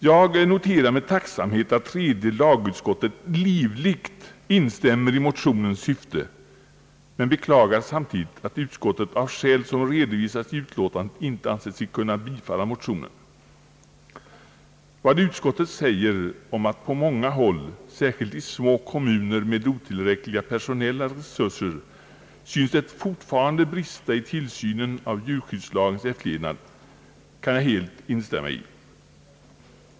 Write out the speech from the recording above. Jag noterar med tacksamhet att tredje lagutskottet livligt instämmer i motionens syfte, men beklagar samtidigt att utskottet av skäl som redovisas i utlåtandet inte anser sig kunna bifalla motionen. Vad utskottet säger om att det på många håll, särskilt i små kommuner med otillräckliga personella resurser, fortfarande synes brista i tillsynen av djurskyddslagens efterlevnad, kan jag helt instämma i.